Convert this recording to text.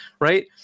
right